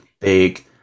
big